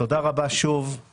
תודה רבה שוב,